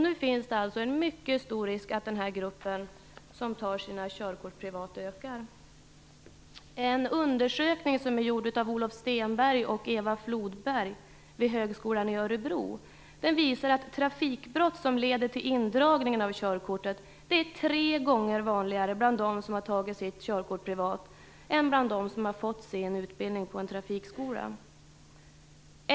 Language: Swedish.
Nu finns det alltså en mycket stor risk att den grupp som tar sina körkort privat ökar. En undersökning som är gjord av Olof Stenberg och Eva Flodberg vid Högskolan i Örebro visar att trafikbrott som leder till indragning av körkortet är tre gånger vanligare bland dem som har fått sin körkortsutbildning privat än bland dem som fått sin utbildning på en trafikskola.